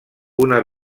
una